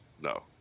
no